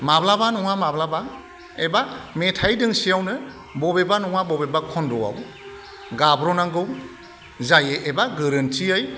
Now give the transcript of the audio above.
माब्लाबा नङा माब्लाबा एबा मेथाइ दोंसेयावनो बबेबा नङा बबेबा खन्दआव गाब्र'नांगौ जायो एबा गोरोन्थियै